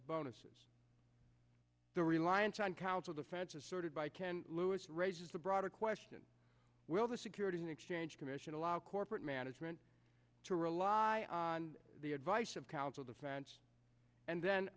bonuses the reliance on counsel defense asserted by ken lewis raises the broader question will the securities and exchange commission allow corporate management to rely on the advice of counsel defense and then